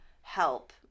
help